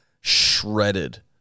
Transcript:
shredded